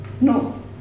No